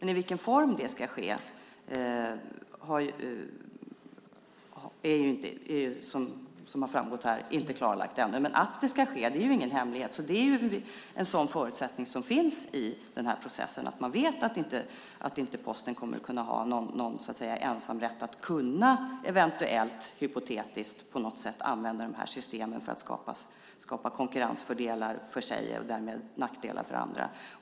I vilken form det ska ske är, som framgått här, ännu inte klarlagt. Men att det ska ske är ingen hemlighet. En förutsättning i den här processen är att man vet att Posten inte kommer att kunna ha ensamrätt att eventuellt, hypotetiskt, på något sätt kunna använda de här systemen för att skapa konkurrensfördelar för sig och därmed nackdelar för andra.